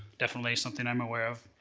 definitely something i'm aware of.